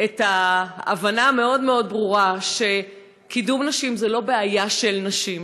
את ההבנה המאוד-מאוד ברורה שקידום נשים זה לא בעיה של נשים,